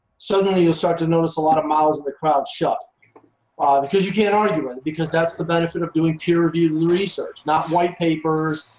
suddenly you'll start to notice a lot of mouths in the crowd shut ah because you can't argue with it because that's the benefit of doing peer reviewed research, not white papers,